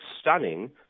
stunning